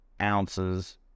ounces